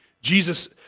Jesus